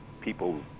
people